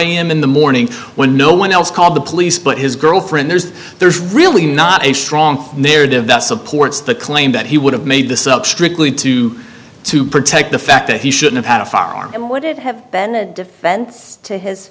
am in the morning when no one else called the police but his girlfriend there's there's really not a strong narrative that supports the claim that he would have made this up strictly to to protect the fact that he should have had a firearm and would it have been a defense to his